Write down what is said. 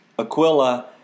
Aquila